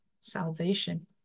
salvation